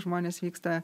žmonės vyksta